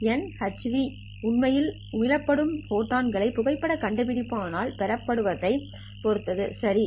எலக்ட்ரான்கள் உருவாக்கப்படும் வீதம் உண்மையில் உமிழப்படும் ஃபோட்டான்களைப் புகைப்படக் கண்டுபிடிப்பான் ஆல் பெறப்படுவதை பொறுத்தது சரி